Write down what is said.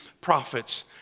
prophets